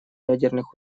ядерных